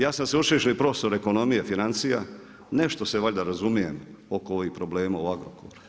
Ja sam sveučilišni profesor ekonomije, financija, nešto se valjda razumijem oko ovih problema u Agrokoru.